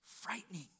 frightening